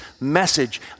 message